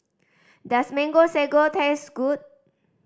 does Mango Sago taste good